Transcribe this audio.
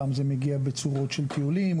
פעם זה מגיע בצורה של טיולים,